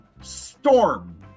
storm